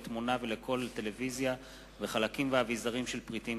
לתמונה ולקול לטלוויזיה וחלקים ואביזרים של פריטים